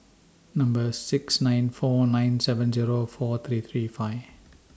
Number six nine four nine seven Zero four three three five